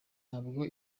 ntabwo